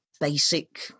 basic